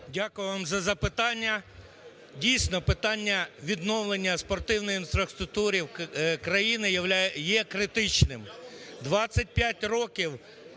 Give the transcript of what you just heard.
Дякую вам за запитання. Дійсно питання відновлення спортивної інфраструктури країни є критичним.